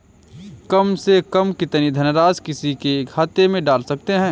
कम से कम कितनी धनराशि किसी के खाते में डाल सकते हैं?